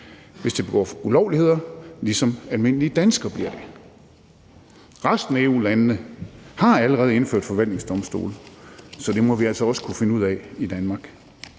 hvis de begår ulovligheder, ligesom almindelige danskere bliver det. Resten af EU-landene har allerede indført forvaltningsdomstole, så det må vi altså også kunne finde ud af i Danmark.